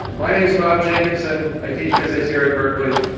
my name is bob jacobsen, i teach physics here at berkeley.